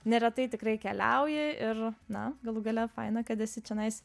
neretai tikrai keliauji ir na galų gale faina kad esi čionais